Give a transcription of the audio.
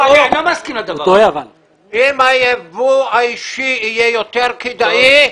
אם היבוא האישי יהיה יותר כדאי,